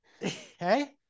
Hey